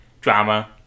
drama